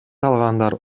алгандар